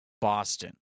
Boston